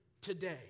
today